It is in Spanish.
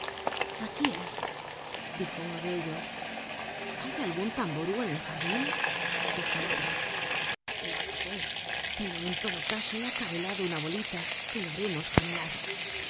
dijo uno de ellos hay algun tamború en el jardin dijo otro no lo sé pero en todo caso he acabelado una bolita que le haremos jamelar